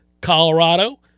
Colorado